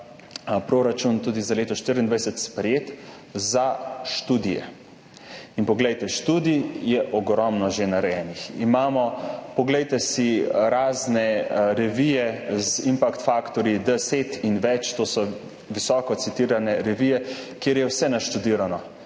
proračun za leto 2024 sprejet, za študije. Poglejte, študij je ogromno že narejenih. Poglejte si razne revije z impact faktorji 10 in več. To so visoko citirane revije, kjer je vse naštudirano.